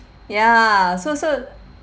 ya so so